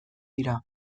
dira